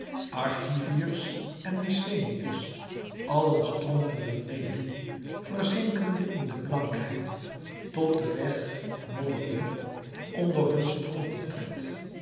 argiviërs en mykenæërs allen strompelden mede verzinkende in de blankheid tot de weg modderde onder hun strompeltred